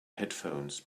headphones